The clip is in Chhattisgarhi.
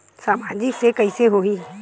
सामाजिक से कइसे होही?